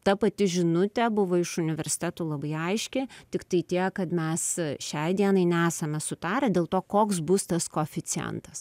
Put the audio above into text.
ta pati žinutė buvo iš universitetų labai aiški tiktai tiek kad mes šiai dienai nesame sutarę dėl to koks bus tas koeficientas